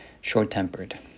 short-tempered